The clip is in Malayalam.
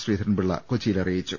ശ്രീധരൻപിള്ള കൊച്ചിയിൽ അറിയിച്ചു